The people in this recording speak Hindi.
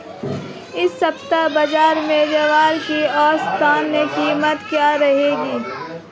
इस सप्ताह बाज़ार में ज्वार की औसतन कीमत क्या रहेगी?